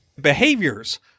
behaviors